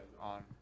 on